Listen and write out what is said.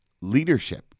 leadership